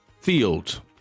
field